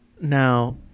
now